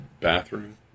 bathroom